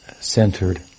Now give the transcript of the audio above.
centered